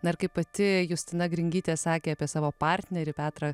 na ir kaip pati justina gringytė sakė apie savo partnerį petrą